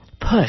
push